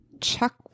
Chuck